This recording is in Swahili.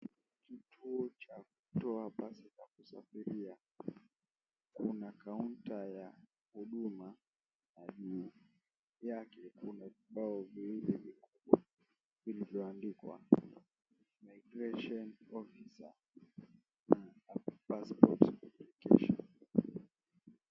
Kituo cha kutoa pasi za usafiri. Kuna kaunta ya huduma na juu yake kuna vibao viwili viko vilivyoandikwa, "Immigration Officer and Passport Application."